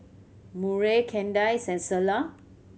Murray Kandice and Selah